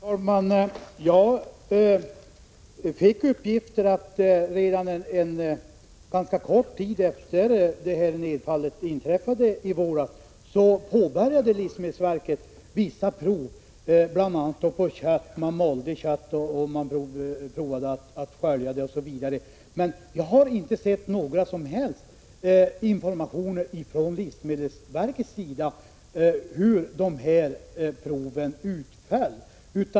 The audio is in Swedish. Fru talman! Jag fick uppgifter om att livsmedelsverket redan en ganska kort tid efter det nedfallet inträffade i våras påbörjade vissa prov, bl.a. med kött. Man malde kött, sköljde kött osv. Men jag har inte sett några som helst informationer från livsmedelsverket om hur proven utföll.